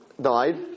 died